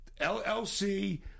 LLC